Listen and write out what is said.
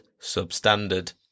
substandard